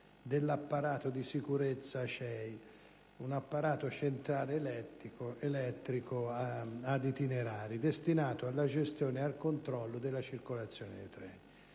dell'apparato di sicurezza CEI, un apparato centrale elettrico ad itinerari, destinato alla gestione e al controllo della circolazione dei treni.